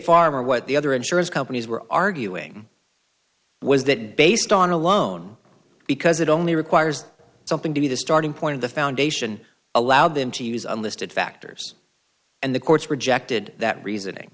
farm or what the other insurance companies were arguing was that based on a loan because it only requires something to be the starting point of the foundation allowed them to use unlisted factors and the courts rejected that reasoning